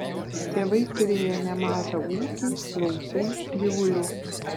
tėvai turėjo nemažą ūkį laukų gyvulių